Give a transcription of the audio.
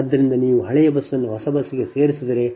ಆದ್ದರಿಂದ ನೀವು ಈ ಹಳೆಯ ಬಸ್ ಅನ್ನು ಹೊಸ ಬಸ್ಗೆ ಸೇರಿಸಿದರೆ